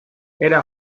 era